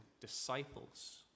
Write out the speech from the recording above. disciples